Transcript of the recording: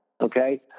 Okay